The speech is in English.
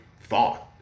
thought